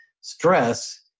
stress